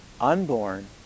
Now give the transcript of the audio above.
unborn